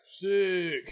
Sick